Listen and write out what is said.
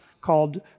called